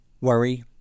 Worry